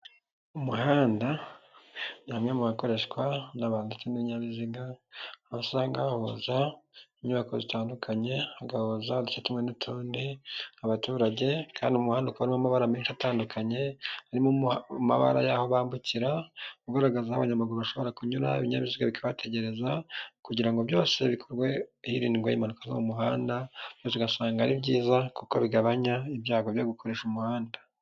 Umuhanda ni hamwe mu hakoreshwa n'abantu kimwe n'ibinyabiziga, usanga hahuza inyubako zitandukanye, hagahuza uduce tumwe n'utundi abaturage kandi umuhanda ukaba urimo amabara menshi atandukanye harimo amabara y'aho bambukira ugaragaza abanyamaguru bashobora kunyura ibyabiziga bikabategereza kugirango ngo byose bikorwe hirindwa impanuka zo mu muhandatyo, maze ugasanga ari byiza kuko bigabanya ibyago byo gukoresha umuhanda.